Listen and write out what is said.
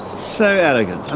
so elegant,